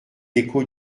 l’écho